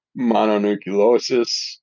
mononucleosis